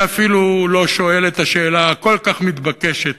אני אפילו לא שואל את השאלה הכל-כך מתבקשת: